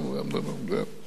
יעד.